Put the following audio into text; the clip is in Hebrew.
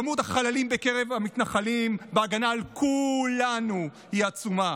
כמות החללים בקרב המתנחלים בהגנה על כולנו היא עצומה.